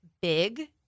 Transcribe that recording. big